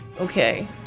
okay